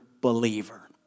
believer